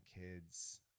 kids